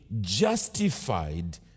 justified